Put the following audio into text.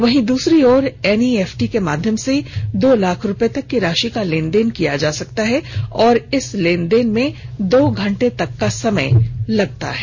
वहीं दूसरी ओर एनईएफटी के माध्यम से दो लाख रुपये तक की राशि का लेन देन किया सकता है और इस लेन देन में दो घंटे का समय लगता है